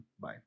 bye